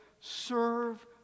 serve